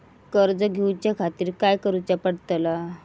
कर्ज घेऊच्या खातीर काय करुचा पडतला?